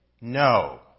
no